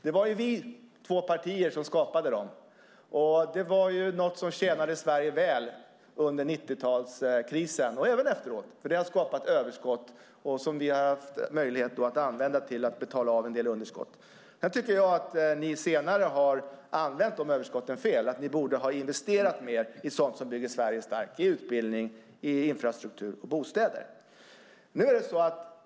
Det var våra två partier som skapade dem, och det var något som tjänade Sverige väl under 90-talskrisen och även efteråt. Det har skapat överskott som vi har haft möjlighet att använda till att betala av en del underskott. Jag tycker dock att ni senare har använt dessa överskott fel. Ni borde ha investerat mer i sådant som bygger Sverige starkt: utbildning, infrastruktur och bostäder.